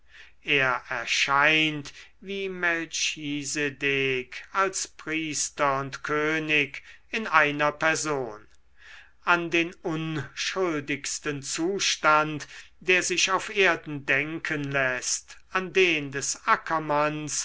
er erscheint wie melchisedek als priester und könig in einer person an den unschuldigsten zustand der sich auf erden denken läßt an den des ackermanns